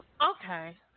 Okay